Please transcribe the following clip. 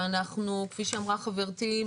וכפי שאמרה חברתי,